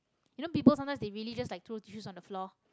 you know people sometimes they really just like throw tissues on the floor